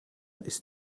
ist